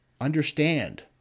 Understand